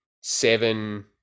seven